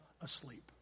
asleep